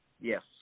Yes